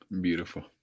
Beautiful